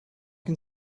can